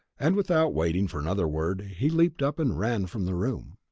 and without waiting for another word, he leaped up and ran from the room.